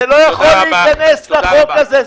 זה לא יכול להיכנס לחוק זה.